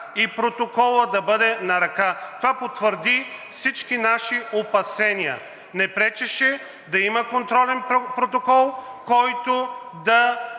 и протоколът да бъде на ръка. Това потвърди всички наши опасения. Не пречеше да има контролен протокол, който да